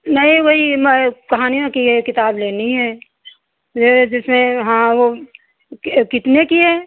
नहीं वही कहानियों की यह किताब लेनी है यह जिसमें हाँ वह कितने की है